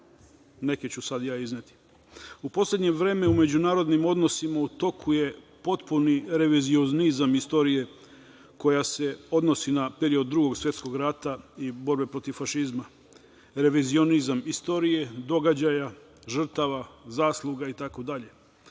neke ću ja izneti.U poslednje vreme u međunarodnim odnosima u toku je potpuni revizionizam istorije koja se odnosi na period Drugog svetskog rata i borbe protiv fašizma, revizionizam istorije događaja, žrtava, zasluga i